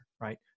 Right